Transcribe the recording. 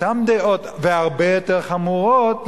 אותן דעות והרבה יותר חמורות,